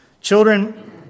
Children